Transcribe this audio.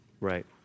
Right